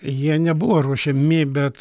jie nebuvo ruošiami bet